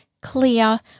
clear